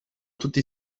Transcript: tutti